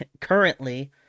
currently